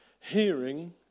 hearing